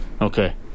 Okay